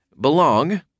Belong